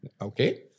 Okay